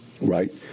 right